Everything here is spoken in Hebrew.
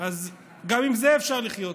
אז גם עם זה אפשר לחיות,